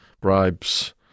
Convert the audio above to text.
bribes